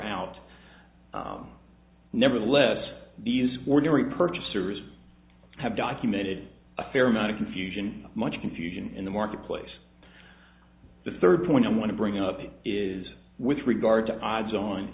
out nevertheless these were very purchasers have documented a fair amount of confusion much confusion in the marketplace the third point i want to bring up is with regard to odds on